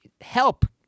help